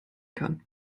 kann